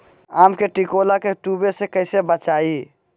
आम के टिकोला के तुवे से कैसे बचाई?